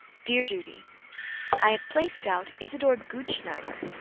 dear judy i have placed out isador gutschneider.